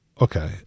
Okay